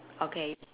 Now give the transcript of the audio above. okay